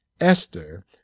Esther